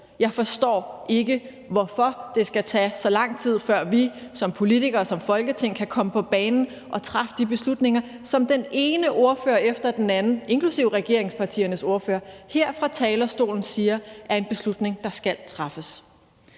Jeg forstår ikke, hvorfor det skal tage så lang tid, før vi som politikere og Folketing kan komme på banen og træffe de beslutninger, som den ene ordfører efter den anden, inklusive regeringspartiernes ordførere, her fra talerstolen siger er en beslutning, der skal træffes.